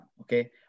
Okay